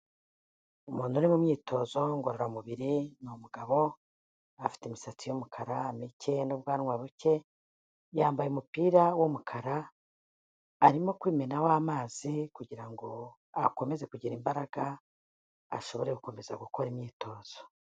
Umuntu uri mu myitozo ngororamubiri ni umugabo, afite imisatsi y'umukara mike n'ubwanwa buke, yambaye umupira w'umukara, arimo kwimenaho amazi kugira ngo akomeze kugira imbaraga, ashobore gukomeza gukora imyitozo.